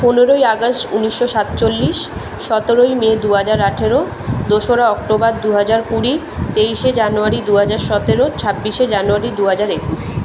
পনেরোই আগস্ট উনিশশো সাতচল্লিশ সতেরোই মে দু হাজার আঠেরো দোসরা অক্টোবর দু হাজার কুড়ি তেইশে জানুয়ারি দু হাজার সতেরো ছাব্বিশে জানুয়ারি দু হাজার একুশ